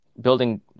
Building